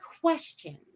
questions